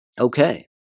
Okay